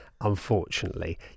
unfortunately